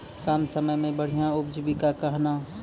कम समय मे बढ़िया उपजीविका कहना?